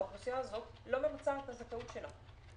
האוכלוסייה הזאת לא ממצה את הזכאות שלה,